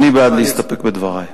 אני בעד להסתפק בדברי.